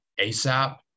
ASAP